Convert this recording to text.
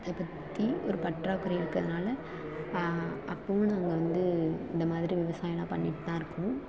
பற்றி ஒரு பற்றாக்குறை இருக்கிறதுனால அப்போவும் நாங்கள் வந்து இந்த மாதிரி விவசாயலாம் பண்ணிகிட்டு தான் இருக்கோம்